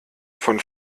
von